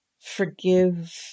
forgive